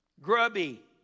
grubby